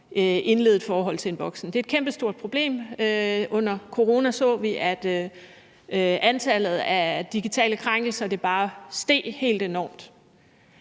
indlede et forhold til en voksen. Det er et kæmpestort problem. Under corona så vi, at antallet af digitale krænkelser bare steg helt enormt.